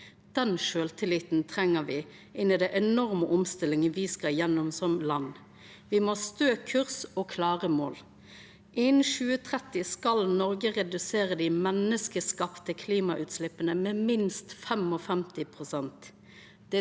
Den sjølvtilliten treng me inn i den enorme omstillinga me skal gjennom som land. Me må ha stø kurs og klare mål. Innan 2030 skal Noreg redusera dei menneskeskapte klimautsleppa med minst 55 pst.